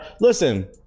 Listen